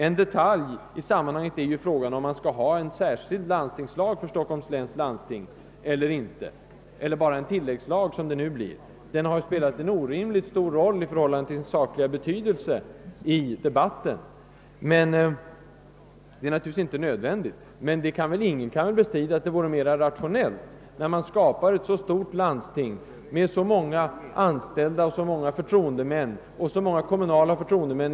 En detalj i sammanhanget är huruvida det skall finnas en särskild landstingslag för Stockholms läns landsting eller om vi skall ha enbart en tilläggslag till den allmänna landstingslagen. Den frågan har spelat en orimligt stor roll i debatten i förhållande till sin praktiska betydelse. Naturligtvis är det inte nödvändigt med en särskild landstingslag, men ingen vill väl bestrida att det skulle vara rationellt, när man nu skapar ett så stort landsting med så många anställda och så många kommunala och andra förtroendemän.